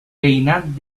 veïnat